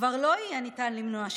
כבר לא יהיה ניתן למנוע שחיתות.